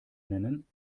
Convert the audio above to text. nennen